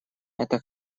это